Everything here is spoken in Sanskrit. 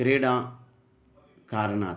क्रीडायाः कारणात्